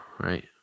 right